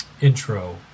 intro